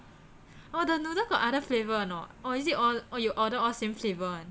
orh the noodles got other flavour or not or is it all orh you order all same flavour [one]